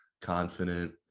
confident